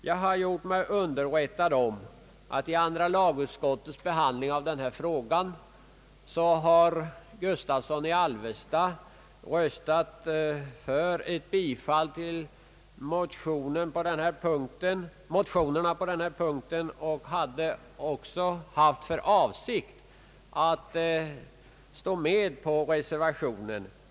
Jag har gjort mig underrättad om att herr Gustavsson i Alvesta vid andra lagutskottets behandling av denna fråga har röstat för ett bifall till motionerna på denna punkt och haft för avsikt att stå med på reservationen.